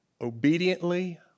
obediently